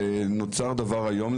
ונוצר דבר איום,